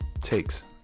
takes